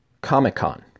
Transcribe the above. Comic-Con